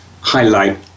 highlight